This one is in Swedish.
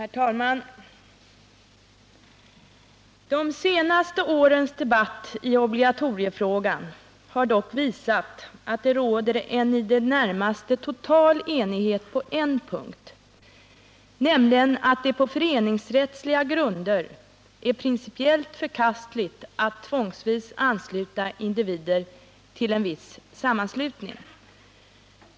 Herr talman! ”De senaste årens debatt i obligatoriefrågan har dock visat att det råder en i det närmaste total enighet på en punkt nämligen att det på föreningsrättsliga grunder är principiellt förkastligt att tvångsvis ansluta individer till en viss sammanslutning.